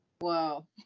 Wow